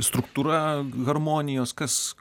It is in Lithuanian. struktūra harmonijos kas